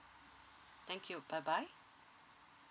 thank you bye bye